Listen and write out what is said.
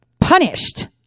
punished